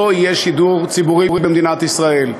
לא יהיה שידור ציבורי במדינת ישראל.